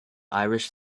irish